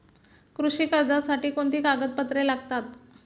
कृषी कर्जासाठी कोणती कागदपत्रे लागतात?